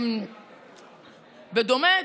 בדומה,